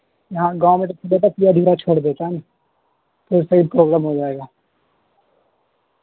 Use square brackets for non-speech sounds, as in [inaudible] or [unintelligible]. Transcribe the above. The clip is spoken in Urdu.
یہاں گاؤں میں تو [unintelligible] چھوڑ دیتا نا تو اس سے پروابلم ہو جائے گا